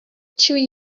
chewy